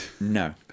No